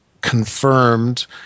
confirmed